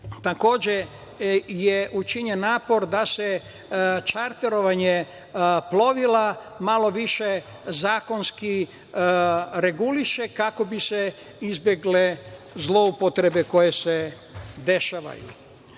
takođe, učinjen je napor da se čarterovanje plovila malo više zakonski reguliše kako bi se izbegle zloupotrebe koje se dešavaju.